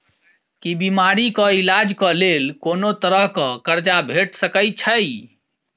की बीमारी कऽ इलाज कऽ लेल कोनो तरह कऽ कर्जा भेट सकय छई?